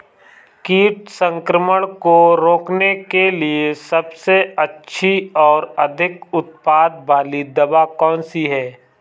कीट संक्रमण को रोकने के लिए सबसे अच्छी और अधिक उत्पाद वाली दवा कौन सी है?